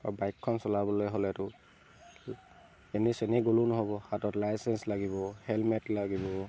আৰু বাইকখন চলাবলে হ'লেতো এনে চেনে গ'লো নহ'ব হাতত লাইচেন্স লাগিব হেলমেট লাগিব